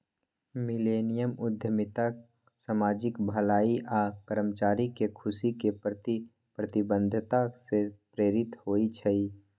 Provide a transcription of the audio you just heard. millennium उद्यमिता सामाजिक भलाई आऽ कर्मचारी के खुशी के प्रति प्रतिबद्धता से प्रेरित होइ छइ